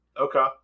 Okay